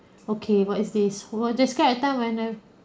okay what is this what described a time when